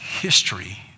history